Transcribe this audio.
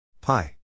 pi